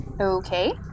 Okay